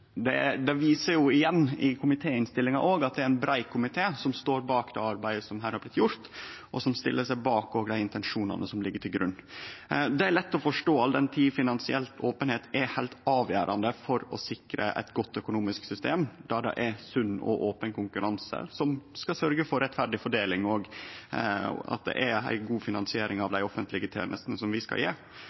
det gjer komitéinnstillinga òg – at det er eit breitt fleirtal i komiten som står bak det arbeidet som her er blitt gjort, og som stiller seg bak dei intensjonane som ligg til grunn. Det er lett å forstå all den tid finansiell openheit er heilt avgjerande for å sikre eit godt økonomisk system der det er sunn og open konkurranse som skal sørgje for rettferdig fordeling, og at det er ei god finansiering av dei offentlege tenestene som vi skal gje.